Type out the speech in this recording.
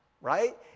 right